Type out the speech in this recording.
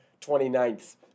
29th